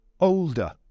older